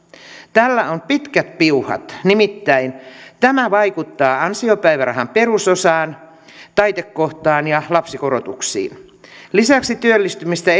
tällä on pitkät piuhat nimittäin tämä vaikuttaa ansiopäivärahan perusosaan taitekohtaan ja lapsikorotuksiin lisäksi työllistymistä